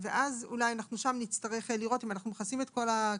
ואולי שם נצטרך לראות אם אנחנו מכסים את כל הקשת.